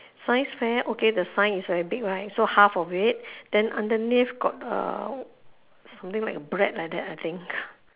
science fair okay the sign is very big right so half of it then underneath got err something like a bread like that I think